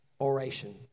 Oration